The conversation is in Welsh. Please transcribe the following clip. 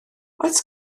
oes